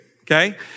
Okay